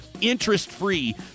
interest-free